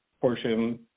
portion